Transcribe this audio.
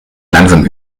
langsam